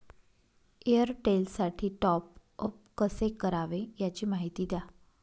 एअरटेलसाठी टॉपअप कसे करावे? याची माहिती द्या